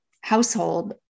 household